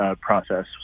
process